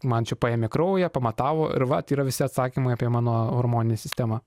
man čia paėmė kraują pamatavo ir vat yra visi atsakymai apie mano hormoninę sistemą